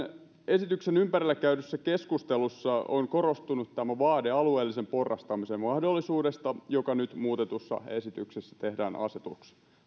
esityksen ympärillä käydyssä keskustelussa on korostunut tämä vaade alueellisen porrastamisen mahdollisuudesta joka nyt muutetussa esityksessä